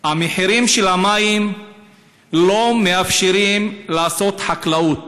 המחירים של המים לא מאפשרים לעשות חקלאות